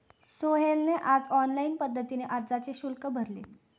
सोहेलने आज ऑनलाईन पद्धतीने अर्जाचे शुल्क भरले